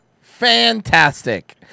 fantastic